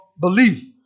belief